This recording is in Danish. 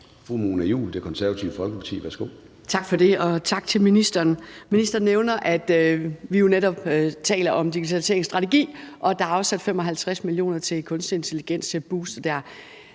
Fru Mona Juul, Det Konservative Folkeparti. Værsgo. Kl. 14:24 Mona Juul (KF): Tak for det, og tak til ministeren. Ministeren nævner, at vi jo netop taler om digitaliseringsstrategi, og at der er afsat 55 mio. kr. til kunstig intelligens, til at booste det